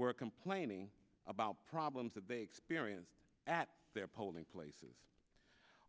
were complaining about problems that they experienced at their polling places